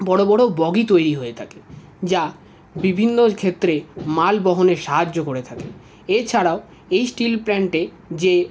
বড়ো বড়ো বগি তৈরি হয়ে থাকে যা বিভিন্ন ক্ষেত্রে মাল বহনে সাহায্য করে থাকে এছাড়াও এই স্টিল প্ল্যান্টে যে